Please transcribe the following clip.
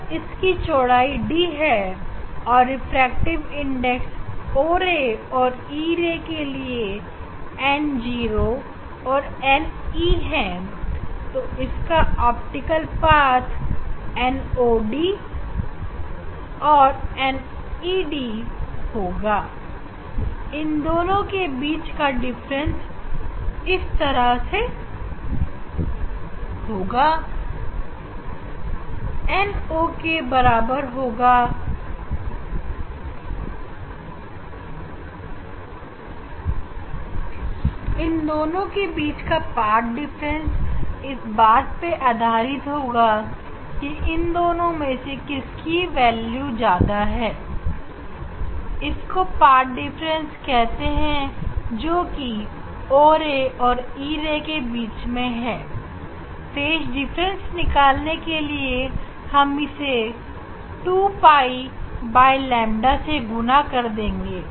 अगर इसकी चौड़ाई d है और रिफ्रैक्टिव इंडेक्स o ray और e ray के लिए n 0 n e है तो इनका ऑप्टिकल पाथ n 0 d और n e d होगा और इन दोनों के बीच का डिफरेंस इस तरह होगा no ne या फिर ne no के बराबर होगा इन दोनों में से कौन सा होगा इस बात पर आधारित है कि इन दोनों में से किसकी वेल्यू ज्यादा है इसको पाथ डिफरेंस कहते हैं जोकि o ray और e ray के बीच में है फेज डिफरेंस निकालने के लिए हम इसे दो पाई बाय लैमडा से गुना कर देंगे